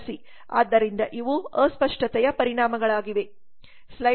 ಆದ್ದರಿಂದ ಇವು ಅಸ್ಪಷ್ಟತೆಯ ಪರಿಣಾಮಗಳಾಗಿವೆ